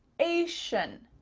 ation,